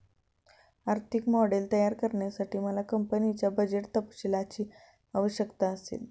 आर्थिक मॉडेल तयार करण्यासाठी मला कंपनीच्या बजेट तपशीलांची आवश्यकता असेल